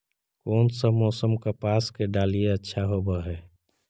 कोन सा मोसम कपास के डालीय अच्छा होबहय?